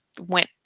went